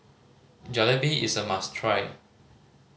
jalebi is a must try